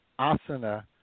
asana